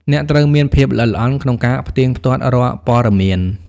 អ្នកត្រូវមានភាពល្អិតល្អន់ក្នុងការផ្ទៀងផ្ទាត់រាល់ព័ត៌មាន។